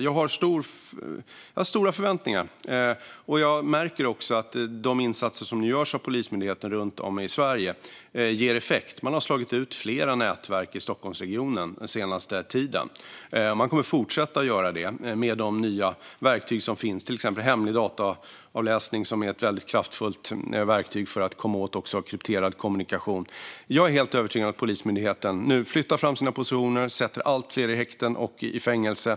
Jag har stora förväntningar, och jag märker att de insatser som görs av Polismyndigheten runt om i Sverige ger effekt. Man har slagit ut flera nätverk i Stockholmsregionen den senaste tiden, och man kommer att fortsätta göra det med de nya verktyg som finns - till exempel hemlig dataavläsning, som är ett väldigt kraftfullt verktyg för att komma åt även krypterad kommunikation. Jag är helt övertygad om att Polismyndigheten nu flyttar fram sina positioner och sätter allt fler i häkten och i fängelse.